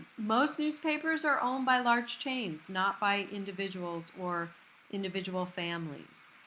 most newspapers are owned by large chains, not by individuals or individual families.